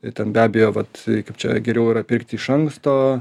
ir ten be abejo vat kaip čia geriau yra pirkti iš anksto